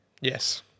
Yes